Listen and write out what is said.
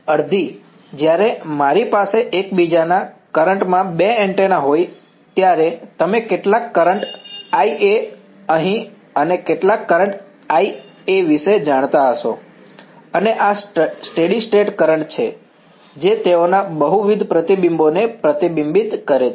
અડધી જ્યારે મારી પાસે એકબીજાના કરંટ માં બે એન્ટેના હોય ત્યારે તમે કેટલાક કરંટ IA અહીં અને કેટલાક કરંટ IB વિશે જાણતા હશો અને આ સ્ટેડી સ્ટેટ કરંટ છે જે તેઓના બહુવિધ પ્રતિબિંબોને પ્રતિબિંબિત કરે છે